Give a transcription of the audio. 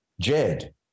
Jed